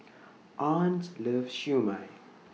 Arne's loves Siew Mai